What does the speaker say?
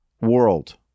world